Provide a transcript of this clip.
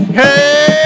hey